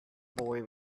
boy